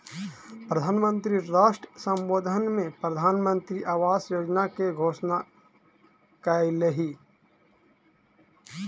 प्रधान मंत्री राष्ट्र सम्बोधन में प्रधानमंत्री आवास योजना के घोषणा कयलह्नि